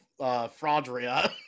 fraudria